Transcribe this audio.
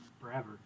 forever